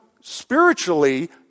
spiritually